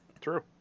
True